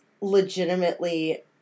legitimately